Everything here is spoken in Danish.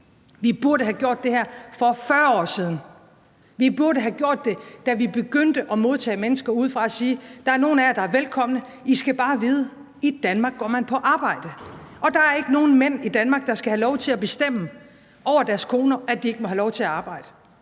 Vi burde have gjort det her for 40 år siden. Vi burde have gjort det, da vi begyndte at modtage mennesker udefra, og sagt: Der er nogle af jer, der er velkomne. I skal bare vide, at i Danmark går man på arbejde. Og der er ikke nogen mænd i Danmark, der skal have lov til at bestemme over deres koner – at de ikke må have lov til at arbejde.